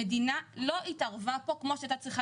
המדינה לא התערבה כמו שהייתה צריכה